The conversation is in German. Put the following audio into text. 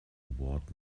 award